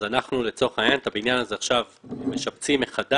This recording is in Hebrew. אנחנו לצורך העניין את הבניין הזה עכשיו משפצים מחדש